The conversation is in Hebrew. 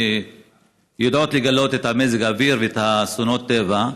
שיודעות לגלות מזג אוויר ואסונות טבע,